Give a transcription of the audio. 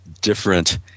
different